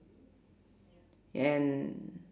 and